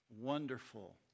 wonderful